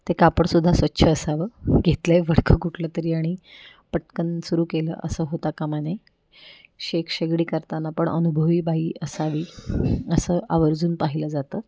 ते कापडसुद्धा स्वच्छ असावं घेतलं आहे फडकं कुठलंतरी आणि पटकन सुरू केलं असं होता कामा नये शेक शेगडी करताना पण अनुभवी बाई असावी असं आवर्जून पाहिलं जातं